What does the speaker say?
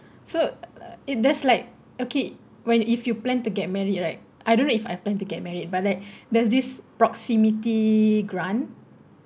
so if there's like okay when if you plan to get married right I don't know if I plan to get married but like there's this proximity grant